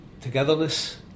togetherness